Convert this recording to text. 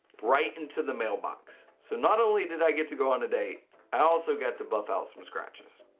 right into the mailbox. so not only did i get to go on a date i also got to buff out some scratches.